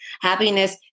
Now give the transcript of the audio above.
Happiness